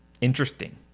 interesting